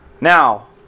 now